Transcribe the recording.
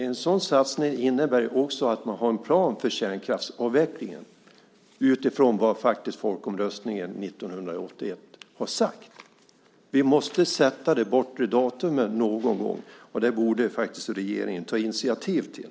En sådan satsning innebär också att man har en plan för kärnkraftsavvecklingen utifrån vad folkomröstningen 1981 har sagt. Vi måste sätta det bortre datumet någon gång. Det borde regeringen ta initiativ till.